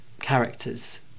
characters